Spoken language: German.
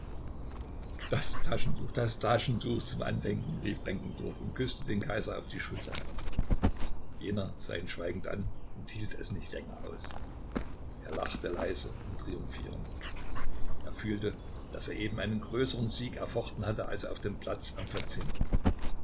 das taschentuch das taschentuch zum andenken rief benkendorf und küßte den kaiser auf die schulter jener sah ihn schweigend an und hielt es nicht länger aus er lachte leise und triumphierend er fühlte daß er eben einen größeren sieg erfochten hatte als auf dem platz am